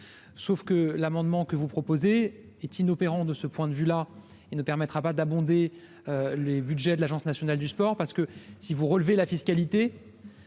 sauf que l'amendement que vous proposez est inopérant, de ce point de vue-là il ne permettra pas d'abonder les Budgets de l'Agence nationale du sport parce que si vous relevez la fiscalité